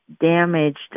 damaged